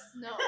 No